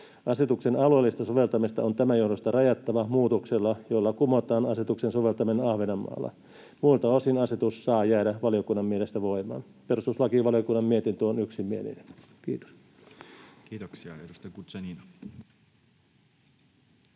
Asetuksen alueellista soveltamista on tämän johdosta rajattava muutoksella, jolla kumotaan asetuksen soveltaminen Ahvenanmaalla. Muilta osin asetus saa jäädä valiokunnan mielestä voimaan. Perustuslakivaliokunnan mietintö on yksimielinen. — Kiitos. Saitte.